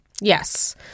Yes